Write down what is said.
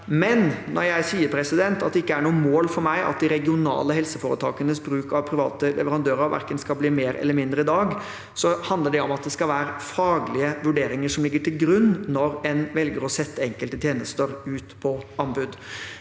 her. Når jeg sier at det ikke er noe mål for meg at de regionale helseforetakenes bruk av private leverandører skal bli verken mer eller mindre enn i dag, handler det om at det skal være faglige vurderinger som ligger til grunn når en velger å sette enkelte tjenester ut på anbud.